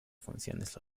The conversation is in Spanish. funciones